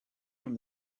from